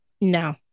No